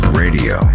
radio